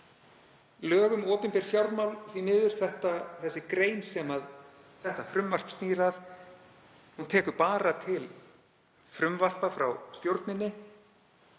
Lög um opinber fjármál — því miður, sú grein sem þetta frumvarp snýr að tekur bara til frumvarpa frá stjórninni.